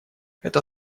эта